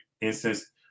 instance